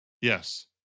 Yes